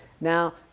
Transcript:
Now